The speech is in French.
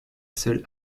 seule